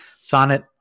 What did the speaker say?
Sonnet